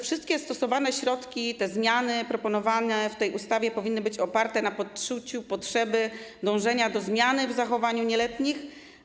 Wszystkie stosowane środki, zmiany proponowane w tej ustawie powinny opierać się na poczuciu potrzeby dążenia do zmiany w zachowaniu nieletnich.